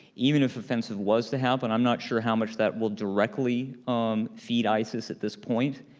even if offensive was to happen, i'm not sure how much that will directly um feed isis at this point.